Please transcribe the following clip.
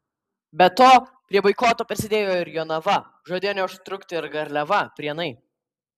be to prie boikoto prisidėjo ir jonava žadėjo neužtrukti ir garliava prienai